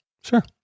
Sure